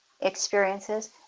experiences